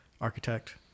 Architect